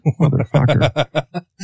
Motherfucker